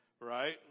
right